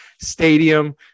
stadium